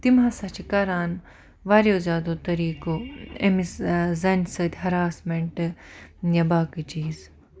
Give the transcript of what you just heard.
تِم ہَسا چھِ کَران واریاہو زیادٕ طریقو أمِس زَنہِ سۭتۍ ہَراسمینٹ یا باقٕے چیٖز